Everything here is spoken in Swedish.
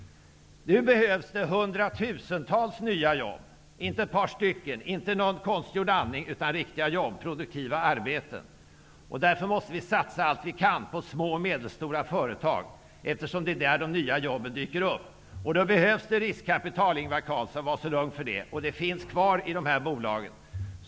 Nu behövs det hundratusentals nya jobb; inte ett par stycken, inte konstgjord andning, utan riktiga, produktiva arbeten. Därför måste vi satsa allt vi kan på små och medelstora företag, eftersom det är där de nya jobben dyker upp. Då behövs det riskkapital -- var lugn för det, Ingvar Carlsson! Det finns kvar i de här bolagen.